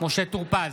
משה טור פז,